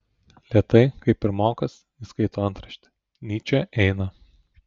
lėtai kaip pirmokas jis skaito antraštę nyčė eina